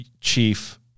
chief